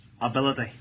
ability